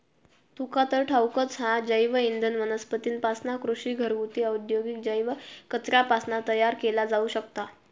तुका तर ठाऊकच हा, जैवइंधन वनस्पतींपासना, कृषी, घरगुती, औद्योगिक जैव कचऱ्यापासना तयार केला जाऊ शकता